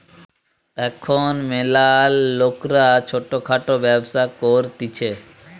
এখুন ম্যালা লোকরা ছোট খাটো ব্যবসা করতিছে